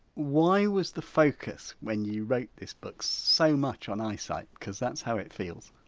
why was the focus when you wrote this book so much on eyesight because that's how it feels?